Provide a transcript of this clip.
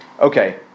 okay